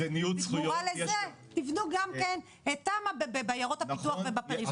אבל אנחנו צריכים כאן גם להסתכל בראייה ארוכת-טווח.